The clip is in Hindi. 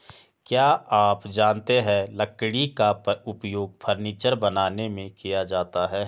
क्या आप जानते है लकड़ी का उपयोग फर्नीचर बनाने में किया जाता है?